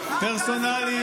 פרסונלי,